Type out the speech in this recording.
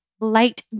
light